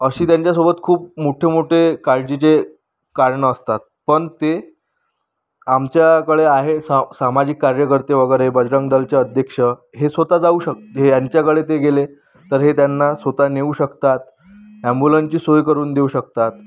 अशी त्यांच्या सोबत खूप मोठे मोठे काळजीचे कारणं असतात पण ते आमच्याकडे आहेत सा सामाजिक कार्यकर्ते वगैरे बजरंग दलचे अध्यक्ष हे स्वतः जाऊ शक ह्यांच्याकडे ते गेले तर हे त्यांना स्वतः नेऊ शकतात ॲम्बुलन्सची सोय करून देऊ शकतात